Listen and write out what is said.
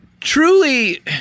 truly